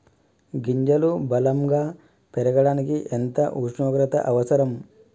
గింజలు బలం గా పెరగడానికి ఎంత ఉష్ణోగ్రత అవసరం?